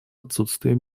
отсутствие